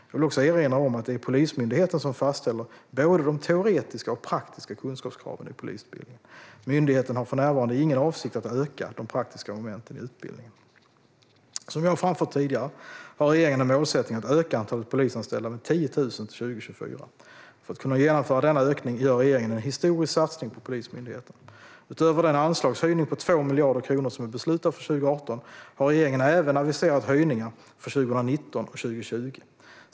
Jag vill också erinra om att det är Polismyndigheten som fastställer både de teoretiska och de praktiska kunskapskraven i polisutbildningen. Myndigheten har för närvarande ingen avsikt att öka de praktiska momenten i utbildningen. Som jag har framfört tidigare har regeringen en målsättning att öka antalet polisanställda med 10 000 till 2024. För att kunna genomföra denna ökning gör regeringen en historisk satsning på Polismyndigheten. Utöver den anslagshöjning på 2 miljarder kronor som är beslutad för 2018 har regeringen även aviserat höjningar för 2019 och 2020.